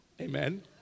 amen